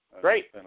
Great